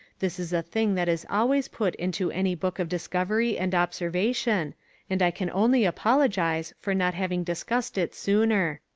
this is a thing that is always put into any book of discovery and observation and i can only apologise for not having discussed it sooner.